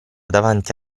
davanti